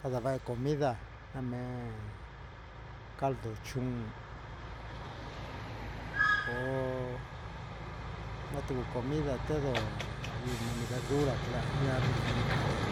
candaa comida amee caldo chuun nda tu comida tendón yɨɨ me un verdura cula ñanda inca ndee